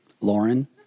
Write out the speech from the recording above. Lauren